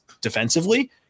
defensively